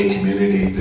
Community